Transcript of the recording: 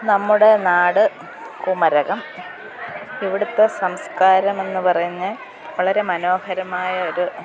നമ്മുടെ നാട് കുമരകം ഇവിടുത്തെ സംസ്കാരമെന്നു പറഞ്ഞ് വളരെ മനോഹരമായ ഒരു